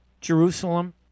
Jerusalem